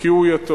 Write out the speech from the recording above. כי הוא יתום.